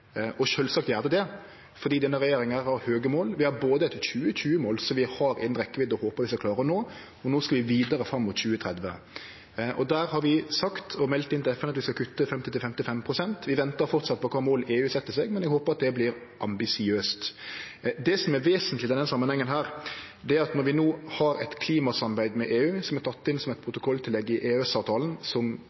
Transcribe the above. og sjølvsagt gjer det det, for denne regjeringa har høge mål. Vi har både eit 2020-mål som vi har innan rekkjevidde og håpar vi skal klare å nå, og no skal vi vidare fram mot 2030. Der har vi sagt og meldt inn til FN at vi skal kutte 50–55 pst. Vi ventar framleis på kva mål EU set seg, men eg håpar at det vert ambisiøst. Det som er vesentleg i denne samanhengen, er at når vi no har eit klimasamarbeid med EU, som er teke inn som eit protokolltillegg i EØS-avtalen, som